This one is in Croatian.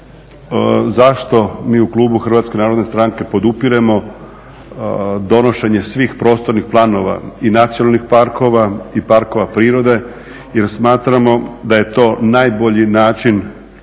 zašto mi u klubu HNS-a podupiremo donošenje svih prostornih planova i nacionalnih parkova i parkova prirode jer smatramo da je to najbolji način